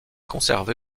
conservé